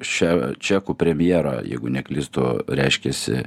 šia čekų premjero jeigu neklystu reiškiasi